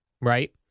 Right